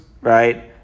Right